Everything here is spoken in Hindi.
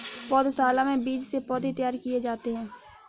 पौधशाला में बीज से पौधे तैयार किए जाते हैं